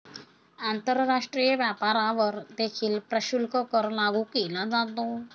आंतरराष्ट्रीय व्यापारावर देखील प्रशुल्क कर लागू केला जातो